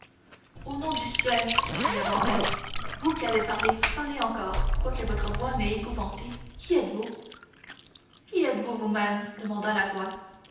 au nom du ciel s'écria dantès vous qui avez parlé parlez encore quoique votre voix m'ait épouvanté qui êtes-vous qui êtes-vous vous-même demanda la voix